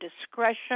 discretion